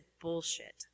bullshit